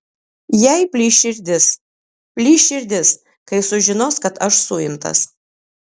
jai plyš širdis plyš širdis kai sužinos kad aš suimtas